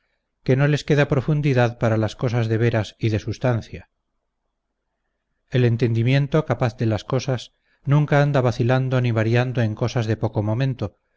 que no les queda profundidad para las cosas de veras y de substancia el entendimiento capaz de las cosas nunca anda vacilando ni variando en cosas de poco momento